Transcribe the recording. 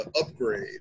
Upgrade